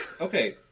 okay